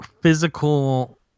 physical